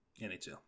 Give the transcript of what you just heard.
NHL